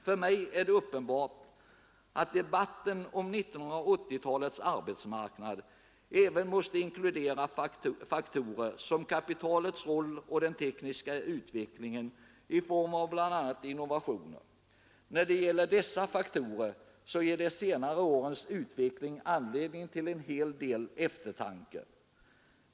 För mig är det uppenbart att debatten om 1980-talets arbetsmarknad även måste inkludera faktorer som kapitalets roll och den tekniska utvecklingen i form av bl.a. innovationer. När det gäller dessa faktorer ger de senare årens utveckling anledning till en hel del eftertanke.